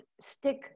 stick